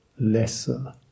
lesser